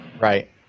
Right